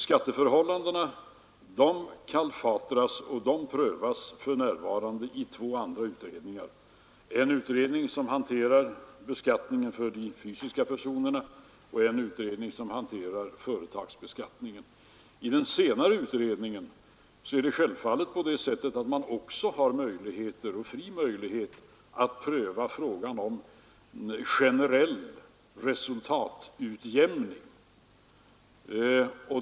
Skatteförhållandena kalfatras och prövas för närvarande i två andra utredningar, en utredning som hanterar beskattningen för de fysiska personerna och en utredning som hanterar företagsbeskattningen. I den senare utredningen är det självfallet på det sättet att man har möjligheter och frihet att pröva frågan om en generell resultatutjämning.